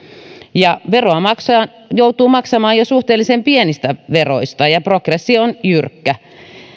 ja veroa joutuu maksamaan jo suhteellisen pienistä perinnöistä ja progressio on jyrkkä